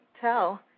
tell